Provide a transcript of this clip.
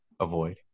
avoid